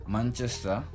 Manchester